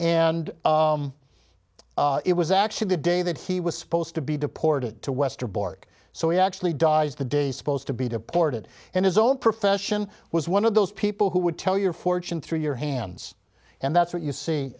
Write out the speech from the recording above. and it was actually the day that he was supposed to be deported to westerbork so he actually dies the day supposed to be deported and his own profession was one of those people who would tell your fortune through your hands and that's what you see